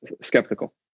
skeptical